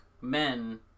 men